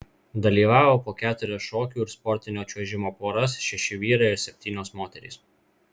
dalyvavo po keturias šokių ir sportinio čiuožimo poras šeši vyrai ir septynios moterys